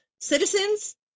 citizens